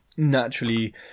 naturally